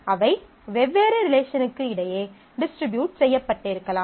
அவை வெவ்வேறு ரிலேஷனுக்கு இடையே டிஸ்ட்ரிபியூட் செய்யப்பட்டிருக்கலாம்